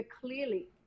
clearly